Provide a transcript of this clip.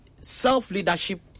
self-leadership